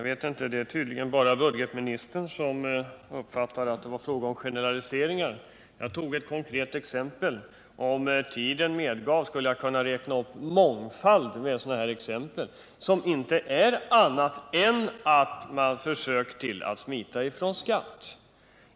Herr talman! Det är tydligen bara budgetministern som har uppfattat mitt inlägg så att det skulle vara fråga om generalisering. Jag tog ett konkret exempel. Om tiden medgav skulle jag kunna räkna upp en mångfald exempel på sådant förfarande som inte är annat än försök att smita från skatt.